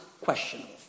questionable